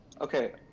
Okay